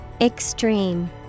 Extreme